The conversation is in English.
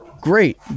great